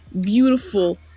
beautiful